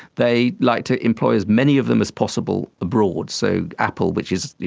they like to employ as many of them as possible abroad. so apple which is,